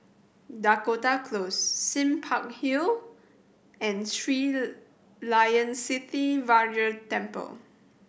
Dakota Close Sime Park Hill and Sri Layan Sithi Temple